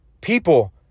People